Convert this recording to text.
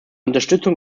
unterstützung